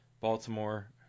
Baltimore